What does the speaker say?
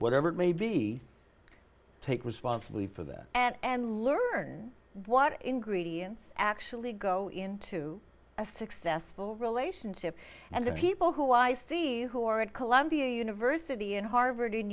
whatever it may be take responsibly for that and learn what ingredients actually go into a successful relationship and the people who i see who are at columbia university and harvard